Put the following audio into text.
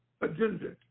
agenda